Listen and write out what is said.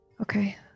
Okay